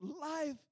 life